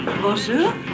Bonjour